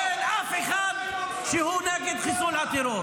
אין אף אחד שהוא נגד חיסול הטרור.